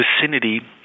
vicinity